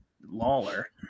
Lawler